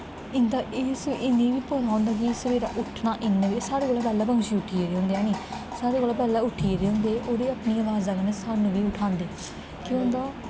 इं'दा इस इनें बी पता होंदा कि सवेरे उट्ठना इ'यां बी साढ़े कोला पैह्लें पंक्षी उट्ठी गेदे होंदे हैनी साढ़े कोला पैह्लें उट्ठी गेदे होंदे ओह्दे अपनी अवाजा कन्नै सानूं बी उठांदे केह् होंदा